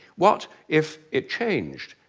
what if it changed?